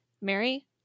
Mary